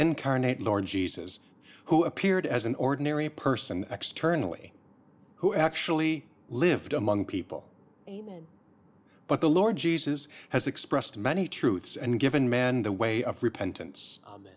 incarnate lord jesus who appeared as an ordinary person externally who actually lived among people but the lord jesus has expressed many truths and given man the way of repentan